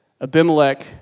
Abimelech